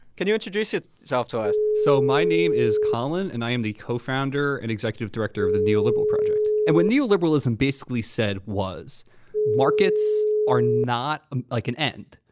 can you introduce yourself to us? so my name is colin, and i am the co-founder and executive director of the neoliberal project and what neoliberalism basically said was markets are not like an end.